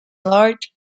large